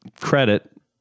credit